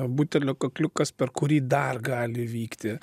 butelio kakliukas per kurį dar gali vykti